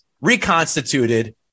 reconstituted